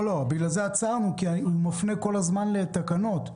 בגלל זה עצרנו, כי הוא מפנה כל הזמן לתקנות.